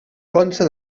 consta